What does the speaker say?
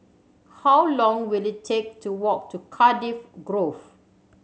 how long will it take to walk to Cardiff Grove